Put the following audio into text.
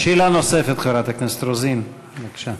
שאלה נוספת, חברת הכנסת רוזין, בבקשה.